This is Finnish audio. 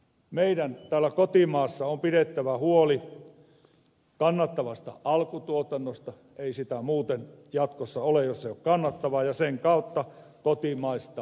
meidän täällä kotimaassa on pidettävä huoli kannattavasta alkutuotannosta ei sitä muuten jatkossa ole jos se ei ole kannattavaa ja sen kautta kotimaisesta elintarviketuotannosta